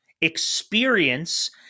experience